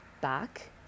back